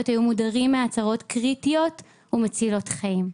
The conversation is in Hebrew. היו מודרים מהצהרות קריטיות ומצילות חיים,